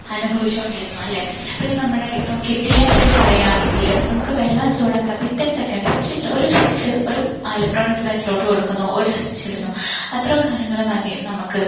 അനുഭവിച്ചോണ്ടിരുന്നു അല്ലെ പിന്നെ നമ്മുടെ ഇപ്പം കെറ്റിലിനെപ്പറ്റി പറയാണെങ്കിൽ നമുക്ക് വെള്ളം ചൂടാക്കാൻ വിത്തിൻ സെക്കൻഡ്സ് സ്വിച്ചിട്ട് ഒരു സ്വിച്ച് ഒരു എലെക്ട്രോൺ ഡിവൈസിലോട്ട് കൊടുക്കുന്നു ഒരു സ്വിച്ചിടുന്നു അത്രോം കാര്യങ്ങൾ മതി നമുക്ക്